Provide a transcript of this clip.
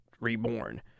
reborn